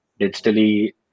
digitally